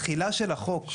התחילה של החוק היא